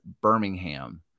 Birmingham